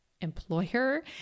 employer